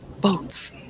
boats